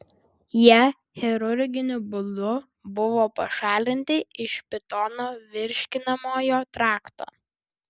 jie chirurginiu būdu buvo pašalinti iš pitono virškinamojo trakto